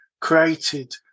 created